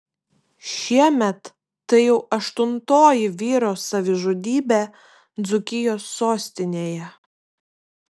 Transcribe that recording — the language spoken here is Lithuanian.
šiemet tai jau aštuntoji vyro savižudybė dzūkijos sostinėje